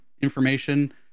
information